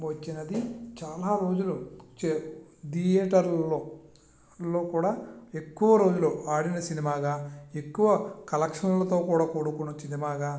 వచ్చినది చాలా రోజులు థియేటర్లలో కూడా ఎక్కువ రోజులు ఆడిన సినిమాగా ఎక్కువ కలెక్షన్లతో కూడా కూడుకున్న సినిమాగా